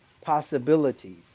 possibilities